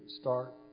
start